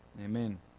Amen